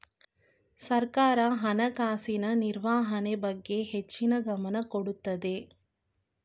ಸರ್ಕಾರ ಹಣಕಾಸಿನ ನಿರ್ವಹಣೆ ಬಗ್ಗೆ ಹೆಚ್ಚಿನ ಗಮನ ಕೊಡುತ್ತದೆ